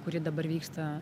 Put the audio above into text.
kuri dabar vyksta